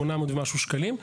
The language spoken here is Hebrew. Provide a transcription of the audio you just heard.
800 ומשהו שקלים.